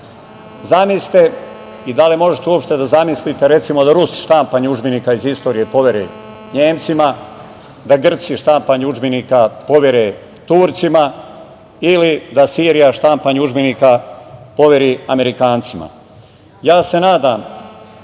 logor. Zamislite i da li možete uopšte da zamislite, recimo, da Rusi štampanje udžbenika iz istorije povere Nemcima, da Grci štampanje udžbenika povere Turcima ili da Sirija štampanje udžbenika poveri Amerikancima. Nadam